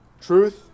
truth